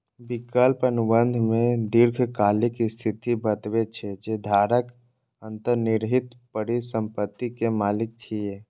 विकल्प अनुबंध मे दीर्घकालिक स्थिति बतबै छै, जे धारक अंतर्निहित परिसंपत्ति के मालिक छियै